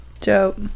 dope